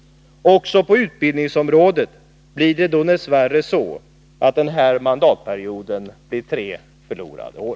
Också på utbildningsområdet blir det dess värre så att den här mandatperioden kommer att innebära tre förlorade år.